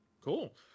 Cool